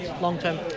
long-term